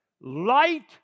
light